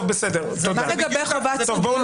נמשיך.